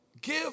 give